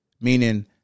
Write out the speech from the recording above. meaning